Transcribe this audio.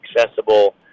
accessible